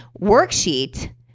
worksheet